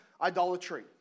idolatry